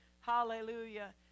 Hallelujah